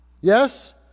Yes